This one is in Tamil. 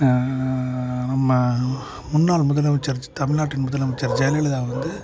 நம்ம முன்னாள் முதலமைச்சர் தமிழ்நாட்டின் முதலமைச்சர் ஜெயலலிதா வந்து